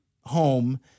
home